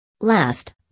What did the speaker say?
Last